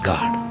God